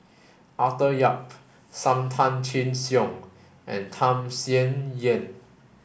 Arthur Yap Sam Tan Chin Siong and Tham Sien Yen